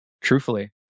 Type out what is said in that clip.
truthfully